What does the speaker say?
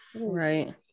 right